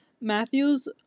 Matthews